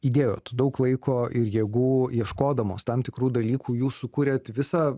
įdėjot daug laiko ir jėgų ieškodamos tam tikrų dalykų jūs sukūrėt visą